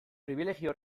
pribilegio